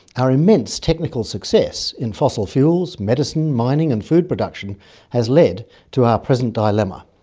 our immense technical success in fossil fuels, medicine, mining and food production has led to our present dilemma.